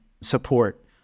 support